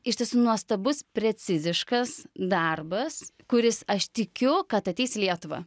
iš tiesų nuostabus preciziškas darbas kuris aš tikiu kad ateis į lietuvą